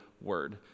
word